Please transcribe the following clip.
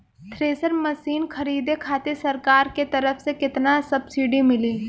Thresher machine खरीदे खातिर सरकार के तरफ से केतना सब्सीडी मिली?